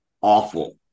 awful